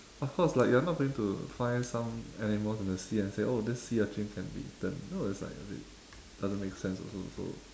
of course like you're not going to find some animals in the sea and say oh this sea urchin can be eaten no it's like a bit doesn't make sense also so